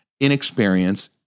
inexperience